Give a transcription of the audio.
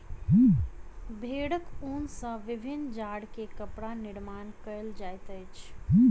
भेड़क ऊन सॅ विभिन्न जाड़ के कपड़ा निर्माण कयल जाइत अछि